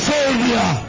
Savior